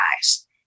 eyes